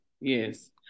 Yes